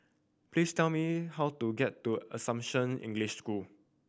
please tell me how to get to Assumption English School